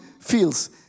feels